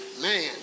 man